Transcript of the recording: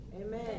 Amen